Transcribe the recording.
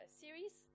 series